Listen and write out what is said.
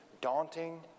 daunting